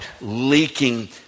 leaking